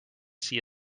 see